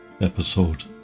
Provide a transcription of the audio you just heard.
Episode